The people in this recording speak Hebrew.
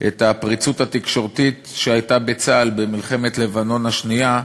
את הפריצות התקשורתית שהייתה בצה"ל במלחמת לבנון השנייה,